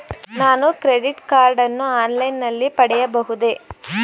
ನಾನು credit card ಅನ್ನು online ನಲ್ಲಿ ಪಡೆಯಬಹುದೇ?